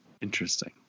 Interesting